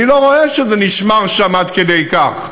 אני לא רואה שזה נשמר שם עד כדי כך.